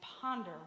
ponder